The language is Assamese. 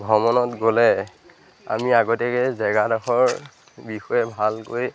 ভ্ৰমণত গ'লে আমি আগতীয়াকৈ জেগাডখৰ বিষয়ে ভালকৈ